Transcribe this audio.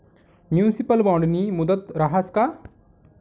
Municipal बॉन्डनी मुदत रहास का?